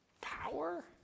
power